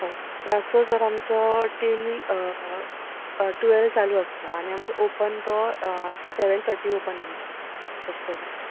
हय रातचो सर आमचो टील टुवेल्व चालू आसता आनी आमचो ऑपन तो सेवेन थर्टी ऑपन आमचें रेस्टोरंट